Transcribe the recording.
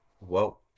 Whoa